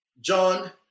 John